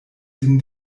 sin